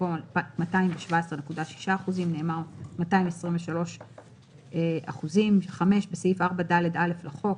במקום "217.6%" נאמר "223%"; בסעיף 4ד(א) לחוק,